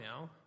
now